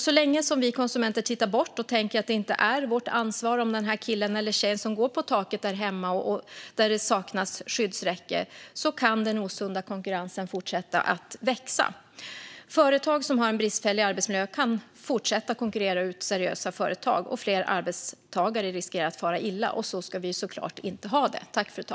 Så länge som vi konsumenter tittar bort och tänker att vi inte har ansvar för killen eller tjejen som går på taket där hemma där det saknas skyddsräcken kan den osunda konkurrensen fortsätta att växa. Företag som har en bristfällig arbetsmiljö kan fortsätta att konkurrera ut seriösa företag, och fler arbetstagare riskerar att fara illa. Så ska vi såklart inte ha det.